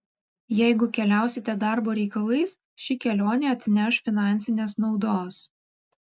jeigu keliausite darbo reikalais ši kelionė atneš finansinės naudos